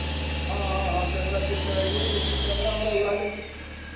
हाँ आ हाँ कैमरा चेक करवाइए लेकिन कैमरा उमरा उड़ा देगे